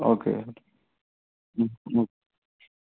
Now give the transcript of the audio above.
okay